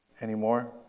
anymore